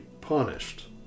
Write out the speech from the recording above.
punished